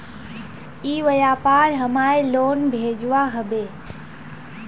ई व्यापार हमार लोन भेजुआ हभे?